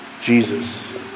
Jesus